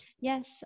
yes